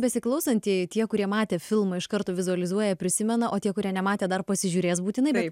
besiklausantieji tie kurie matė filmą iš karto vizualizuoja prisimena o tie kurie nematė dar pasižiūrės būtinai